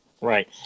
Right